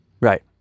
Right